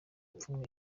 pfunwe